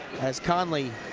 as konley